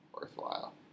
worthwhile